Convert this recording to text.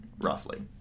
roughly